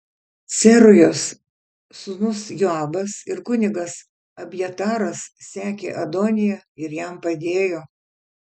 cerujos sūnus joabas ir kunigas abjataras sekė adoniją ir jam padėjo